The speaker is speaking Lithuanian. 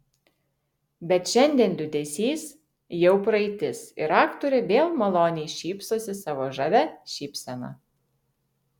bet šiandien liūdesys jau praeitis ir aktorė vėl maloniai šypsosi savo žavia šypsena